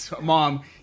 mom